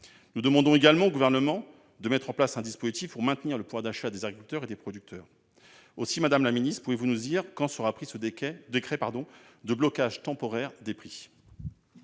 Nous demandons également au Gouvernement de mettre en place un dispositif pour maintenir le pouvoir d'achat des agriculteurs et des producteurs. Madame la secrétaire d'État, pouvez-vous nous dire quand sera pris ce décret de blocage temporaire des prix ?